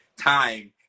time